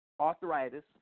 arthritis